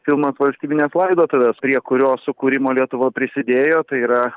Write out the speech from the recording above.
filmas valstybinės laidotuvės prie kurio sukūrimo lietuva prisidėjo tai yra